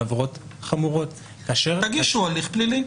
עבירות חמורות --- אז תגישו הליך פלילי.